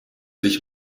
sich